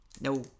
No